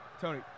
Tony